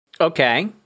Okay